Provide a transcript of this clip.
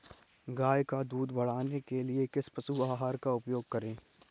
गाय का दूध बढ़ाने के लिए किस पशु आहार का उपयोग करें?